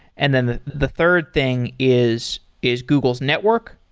and then the third thing is is google's network.